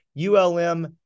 ULM